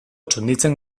txunditzen